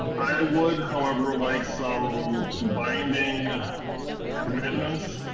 i would, however, like some binding commitments,